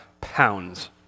pounds